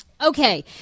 Okay